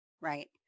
right